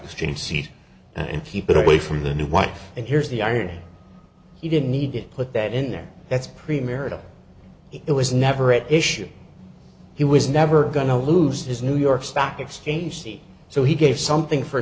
exchange seat and keep it away from the new wife and here's the irony he didn't need to put that in there that's premarital it was never an issue he was never going to lose his new york stock exchange seat so he gave something for